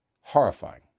Horrifying